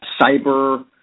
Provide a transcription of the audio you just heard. cyber